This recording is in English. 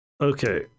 Okay